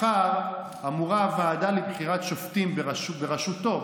מחר אמורה הוועדה לבחירת שופטים בראשותו,